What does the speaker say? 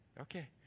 okay